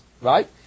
right